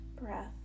breath